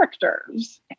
characters